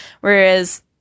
Whereas